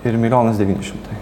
ir milijonas devyni šimtai